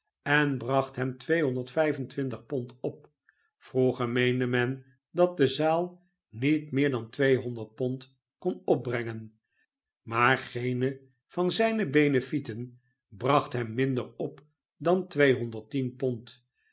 en bracht hem pond op vroeger meende men dat de zaal niet meer dan tweehonderd pond kon opbrengen maar geen van zijne benefieten bracht hem minder op dan twee pond